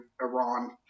Iran